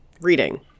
reading